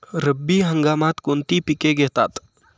रब्बी हंगामात कोणती पिके घेतात?